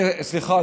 סליחה,